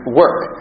work